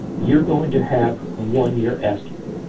you're going to have one-year estimates.